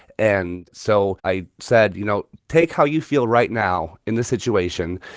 and so i said, you know, take how you feel right now in this situation.